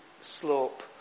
slope